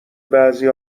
بعضی